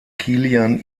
kilian